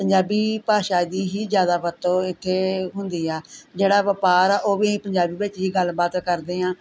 ਪੰਜਾਬੀ ਭਾਸ਼ਾ ਦੀ ਹੀ ਜ਼ਿਆਦਾ ਵਰਤੋਂ ਇੱਥੇ ਹੁੰਦੀ ਆ ਜਿਹੜਾ ਵਪਾਰ ਆ ਉਹ ਵੀ ਪੰਜਾਬੀ ਵਿੱਚ ਹੀ ਗੱਲਬਾਤ ਕਰਦੇ ਹਾਂ